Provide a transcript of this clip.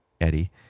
Eddie